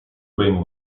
ben